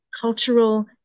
cultural